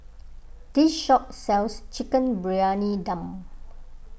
this shop sells Chicken Briyani Dum